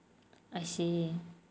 I see